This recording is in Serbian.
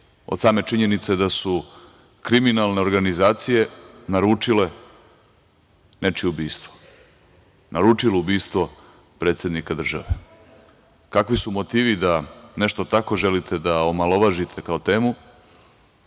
od same činjenice da su kriminalne organizacije naručile nečije ubistvo, naručile ubistvo predsednika države. Kakvi su motivi da nešto tako želite da omalovažite kao temu?